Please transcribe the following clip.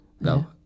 No